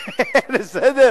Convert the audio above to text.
לפעמים גם הממשלה, כן, בסדר.